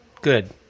good